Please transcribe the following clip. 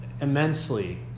immensely